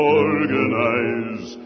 organize